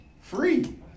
Free